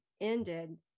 ended